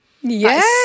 Yes